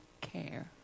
care